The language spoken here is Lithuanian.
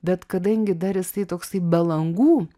bet kadangi dar jisai toksai be langų